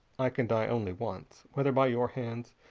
i can die only once, whether by your hands,